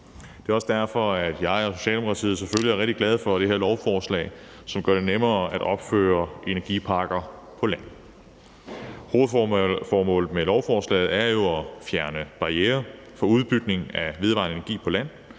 Det er også derfor, at jeg og Socialdemokratiet selvfølgelig er rigtig glade for det her lovforslag, som gør det nemmere at opføre energiparker på land. Hovedformålet med lovforslaget er jo at fjerne barrierer for udbygning af vedvarende energi på land,